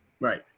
Right